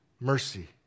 mercy